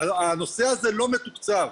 הנושא הזה לא מתוקצב.